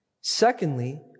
Secondly